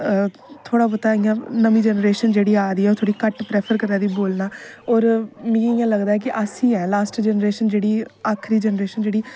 थोह्ड़ा बहुता इयां नमीं जनरेशन जेहड़ी आ दी ऐ ओह् थोह्ड़ी घट्ट प्रैफर करा दी बोलना पर ओह् मी इयां लगदा कि अस ही लास्ट जनरेशन जेहड़ी आक्खरी जनरेशन जेहड़ी